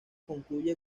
concluye